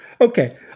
Okay